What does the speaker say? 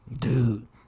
Dude